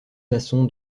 maçon